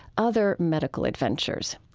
other medical adventures.